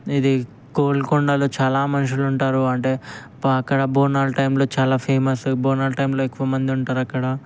ఇది గోల్కొండలో చాలా మనుషులు ఉంటారు అంటే అక్కడ బోనాలు టైమ్లో చాలా ఫేమస్ బోనాలు టైమ్లో ఎక్కువ మంది ఉంటారు అక్కడ